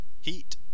Heat